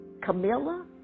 Camilla